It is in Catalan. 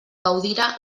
gaudira